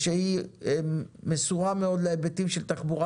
היא מסורה מאוד להיבטים של תחבורה